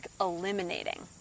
eliminating